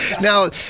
Now